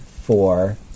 four